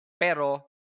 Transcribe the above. Pero